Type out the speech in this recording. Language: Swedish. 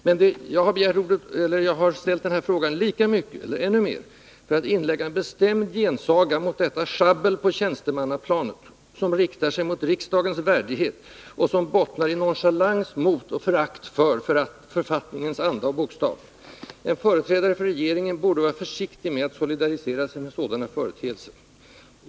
Men jag har ställt frågan lika mycket, eller ännu mer, för att inlägga en bestämd gensaga mot detta sjabbel på tjänstemannaplanet, som riktar sig mot riksdagens värdighet och som bottnar i nonchalans mot och förakt för författningens anda och bokstav. En företrädare för regeringen borde vara försiktig med att solidarisera sig med sådana företeelser.